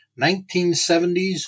1970s